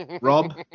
rob